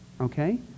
okay